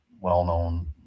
well-known